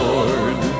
Lord